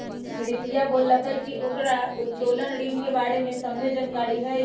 प्रीतिया बोललकई कि ओकरा उत्तोलन ऋण के बारे में सभ्भे जानकारी हई